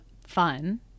fun